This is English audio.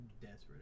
Desperate